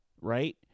Right